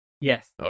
Yes